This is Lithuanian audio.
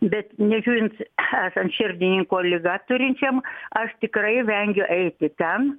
bet nežiūrint esant širdininko ligas turinčiam aš tikrai vengiu eiti ten